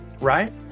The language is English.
right